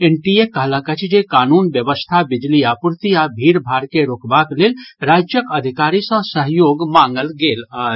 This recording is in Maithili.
एनटीए कहलक अछि जे कानून व्यवस्था बिजली आपूर्ति आ भीड़ भाड़ के रोकबाक लेल राज्यक अधिकारी सँ सहयोग मांगल गेल अछि